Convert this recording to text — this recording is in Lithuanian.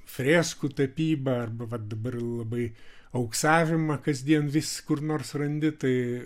freskų tapyba arba va dabar labai auksavimą kasdien vis kur nors randi tai